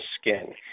skin